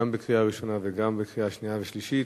גם לקריאה ראשונה וגם לקריאה שנייה ושלישית.